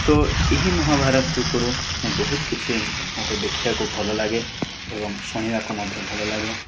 ତ ଏହି ମହାଭାରତ ଉପରୁ ମୁଁ ବହୁତ କିଛି ମୋତେ ଦେଖିବାକୁ ଭଲ ଲାଗେ ଏବଂ ଶୁଣିବାକୁ ମଧ୍ୟ ଭଲ ଲାଗେ